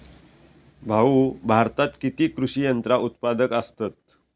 भाऊ, भारतात किती कृषी यंत्रा उत्पादक असतत